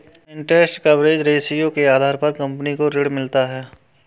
interest coverage ratio के आधार पर कंपनी को ऋण मिलता है